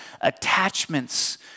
attachments